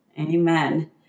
Amen